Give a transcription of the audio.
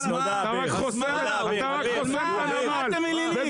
--- על מה אתם מלינים?